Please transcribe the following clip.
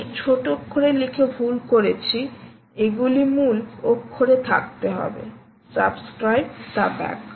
আমি ছোট অক্ষরে লিখে ভুল করেছি এগুলি মূল অক্ষরে থাকতে হবে SUBSCRIBE SUBACK